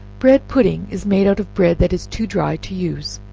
bread pudding is made out of bread that is too dry to use